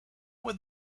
would